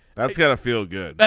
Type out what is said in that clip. that's got to feel good.